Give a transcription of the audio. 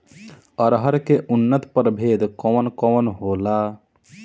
अरहर के उन्नत प्रभेद कौन कौनहोला?